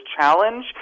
challenge